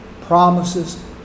promises